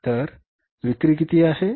तर विक्री किती आहे